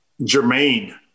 Jermaine